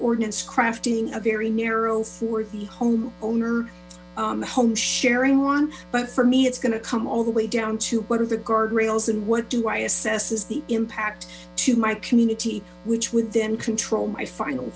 ordinance crafting a very narrow for the home owner home sharing one but for me it's going to come all the way down to what are the guardrails and what do i assess is the impact to my community which would then control my final